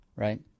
Right